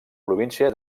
província